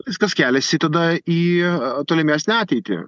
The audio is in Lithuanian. viskas keliasi tada į tolimesnę ateitį